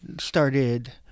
started